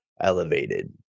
elevated